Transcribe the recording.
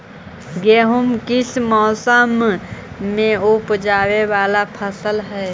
गेहूं किस मौसम में ऊपजावे वाला फसल हउ?